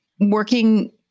working